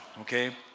Okay